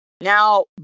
Now